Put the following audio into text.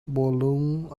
bawlung